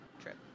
trip